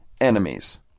enemies